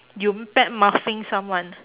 you badmouthing someone